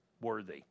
worthy